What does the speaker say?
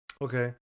Okay